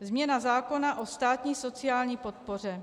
Změna zákona o státní sociální podpoře.